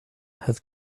have